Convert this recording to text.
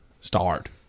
Start